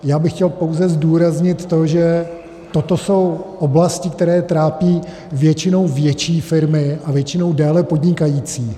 Já bych chtěl pouze zdůraznit to, že toto jsou oblasti, které trápí většinou větší firmy a většinou déle podnikající.